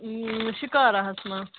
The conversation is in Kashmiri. شِکاراہَس منٛز